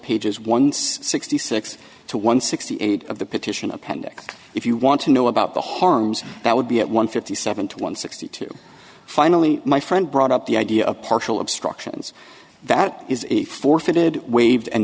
pages one says sixty six to one sixty eight of the petition appendix if you want to know about the harms that would be at one fifty seven to one sixty two finally my friend brought up the idea of partial obstructions that is a forfeited waived and